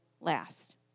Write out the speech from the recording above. last